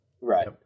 Right